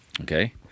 okay